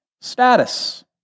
status